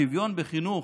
השוויון בחינוך,